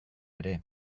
ere